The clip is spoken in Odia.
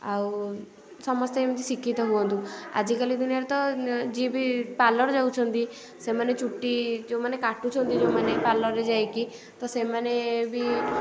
ଆଉ ସମସ୍ତେ ଏମିତି ଶିକ୍ଷିତ ହୁଅନ୍ତୁ ଆଜିକାଲି ଦୁନିଆରେ ତ ଯିଏ ବି ପାର୍ଲର ଯାଉଛନ୍ତି ସେମାନେ ଚୁଟି ଯେଉଁମାନେ କାଟୁଛନ୍ତି ଯେଉଁମାନେ ପାର୍ଲରରେ ଯାଇକି ତ ସେମାନେ ବି